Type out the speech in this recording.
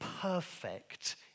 perfect